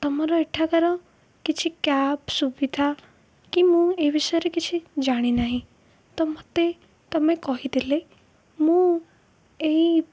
ତମର ଏଠାକାର କିଛି କ୍ୟାବ୍ ସୁବିଧା କି ମୁଁ ଏ ବିଷୟରେ କିଛି ଜାଣିନାହିଁ ତ ମୋତେ ତମେ କହିଥିଲେ ମୁଁ ଏଇ